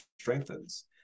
strengthens